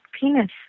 penis